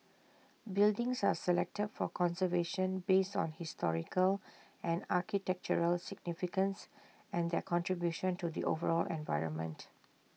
buildings are selected for conservation based on historical and architectural significance and their contribution to the overall environment